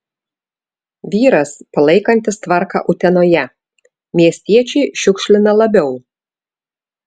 vyras palaikantis tvarką utenoje miestiečiai šiukšlina labiau